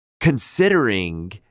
considering